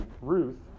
Ruth